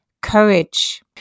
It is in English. courage